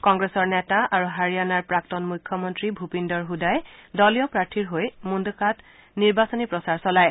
কংগ্ৰেছৰ নেতা আৰু হাৰিয়ানাৰ প্ৰাক্তন মুখ্যমন্ত্ৰী ভূপিন্দৰ ছদাই দলীয় প্ৰাৰ্থীৰ হৈ মূন্দকাত নিৰ্বাচনী প্ৰচাৰ চলায়